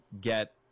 get